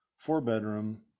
Four-bedroom